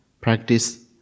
practice